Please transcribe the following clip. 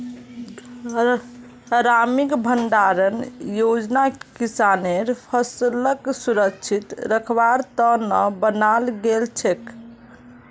ग्रामीण भंडारण योजना किसानेर फसलक सुरक्षित रखवार त न बनाल गेल छेक